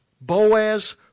Boaz